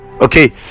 Okay